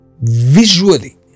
visually